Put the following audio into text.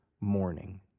morning